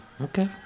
Okay